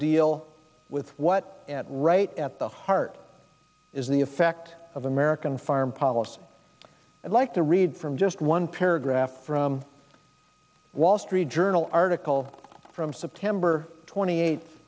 deal with what right at the heart is the effect of american foreign policy i'd like to read from just one paragraph from wall street journal article from september twenty eighth